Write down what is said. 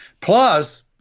Plus